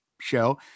show